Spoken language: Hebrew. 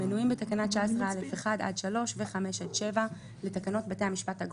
המנויים בתקנה 19א(1) עד (3) ו-(5) עד (7) לתקנות בתי המשפט (אגרות),